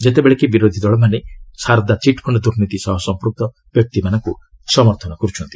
ଯେତେବେଳେ କି ବିରୋଧୀ ଦଳ ମାନେ ସାରଦା ଚିଟ୍ଫଣ୍ଡ ଦୂର୍ନୀତି ସହ ସଂପୃକ୍ତ ବ୍ୟକ୍ତିମାନଙ୍କୁ ସମର୍ଥନ କରୁଛନ୍ତି